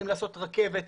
האם לעשות רכבת,